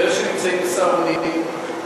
של אלה שנמצאים ב"סהרונים"?